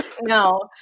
No